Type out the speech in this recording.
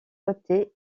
côtés